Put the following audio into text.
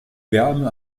wärme